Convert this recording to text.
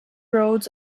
roads